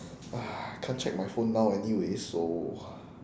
ah can't check my phone now anyway so